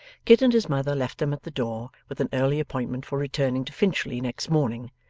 kit and his mother left them at the door, with an early appointment for returning to finchley next morning,